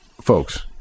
folks